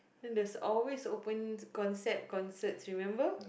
then there's always open concept concerts remember